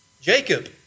Jacob